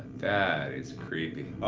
that is creepy,